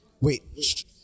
Wait